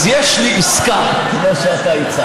אז יש לי עסקה, כמו שאתה הצעת.